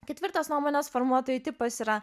ketvirtas nuomonės formuotojų tipas yra